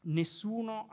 nessuno